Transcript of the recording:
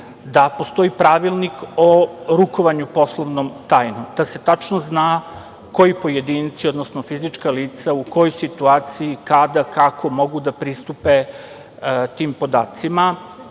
da postoji pravilnik o rukovanju poslovnom tajnom, da se tačno zna koji pojedinci, odnosno fizička lica, u kojoj situaciji, kada, kako mogu da pristupe tim podacima,